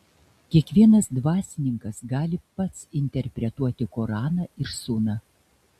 kiekvienas dvasininkas gali pats interpretuoti koraną ir suną